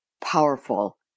powerful